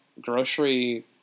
grocery